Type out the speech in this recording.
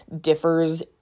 differs